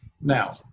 Now